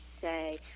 say